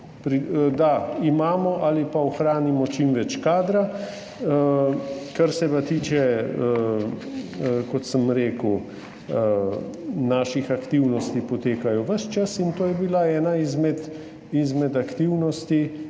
da imamo ali pa ohranimo čim več kadra. Kar se pa tiče, kot sem rekel, naših aktivnosti, te potekajo ves čas in to je bila ena izmed aktivnosti,